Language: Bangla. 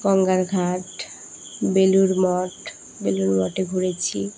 গঙ্গার ঘাট বেলুড় মঠ বেলড় মঠে ঘুরেছি